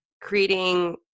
creating